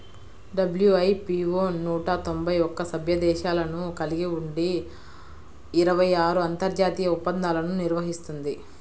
WIPO నూట తొంభై ఒక్క సభ్య దేశాలను కలిగి ఉండి ఇరవై ఆరు అంతర్జాతీయ ఒప్పందాలను నిర్వహిస్తుంది